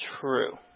true